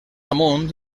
amunt